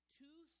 two